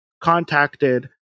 contacted